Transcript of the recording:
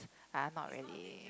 uh not really